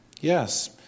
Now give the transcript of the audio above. Yes